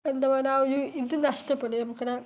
എന്താണ് പറയുക ആ ഒരു ഇത് നഷ്ടപ്പെടും നമ്മുടെ